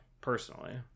personally